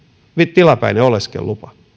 tilapäinen oleskelulupa